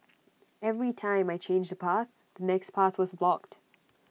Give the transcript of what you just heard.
every time I changed A path the next path was blocked